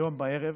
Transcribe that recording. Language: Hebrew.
היום בערב,